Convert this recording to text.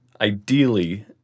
ideally